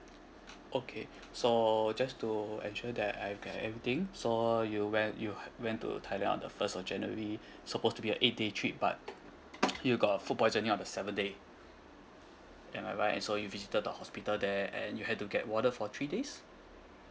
okay so just to ensure that I've got everything so you went you went to thailand on the first of january supposed to be eight day trip but you got food poisoning on the seventh day am I right so you visited the hospital there and you had to get warded for three days